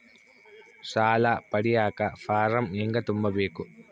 ಸಾಲ ಪಡಿಯಕ ಫಾರಂ ಹೆಂಗ ತುಂಬಬೇಕು?